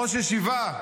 ראש ישיבה.